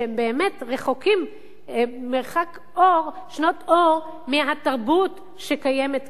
שהם באמת רחוקים מרחק שנות אור מהתרבות שקיימת כאן.